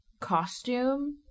costume